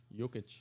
Jokic